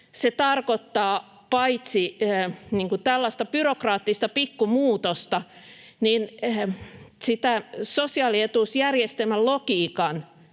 se tarkoittaa paitsi tällaista byrokraattista pikku muutosta myös sitä sosiaalietuusjärjestelmän logiikan